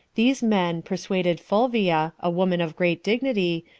these men persuaded fulvia, a woman of great dignity,